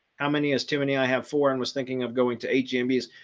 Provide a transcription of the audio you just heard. how many is too many? i have four and was thinking of going to agm bees?